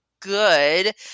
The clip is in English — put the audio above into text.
good